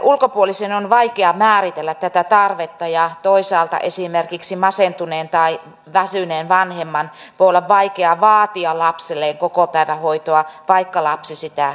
ulkopuolisen on vaikea määritellä tätä tarvetta ja toisaalta esimerkiksi masentuneen tai väsyneen vanhemman voi olla vaikea vaatia lapselleen kokopäivähoitoa vaikka lapsi sitä tarvitsisi